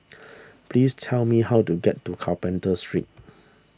please tell me how to get to Carpenter Street